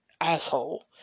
asshole